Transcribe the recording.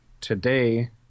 today